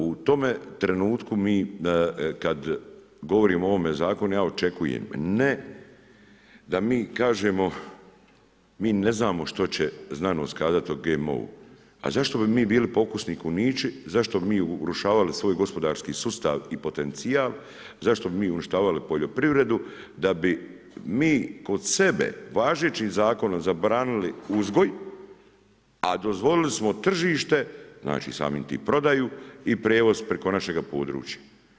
U tome trenutku mi kada govorimo o ovom zakonu ja očekujem ne da mi kažem mi ne znamo što će znanost kazat o GMO-u, a zašto bi mi bili pokusni kunići, zašto bi mi urušavali svoj gospodarski sustav i potencijal, zašto bi mi uništavali poljoprivredu da bi mi kod sebe važećim zakonom zabranili uzgoj, a dozvolili smo tržište, znači samim tim i prodaju i prijevoz preko našega područja.